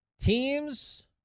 Teams